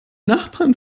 nachbarn